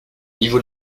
niveau